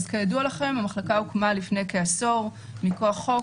אז כידוע לכם, המחלקה הוקמה לפני כעשור מכוח חוק.